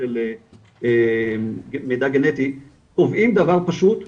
של מידע גנטי קובעים דבר פשוט ואגב,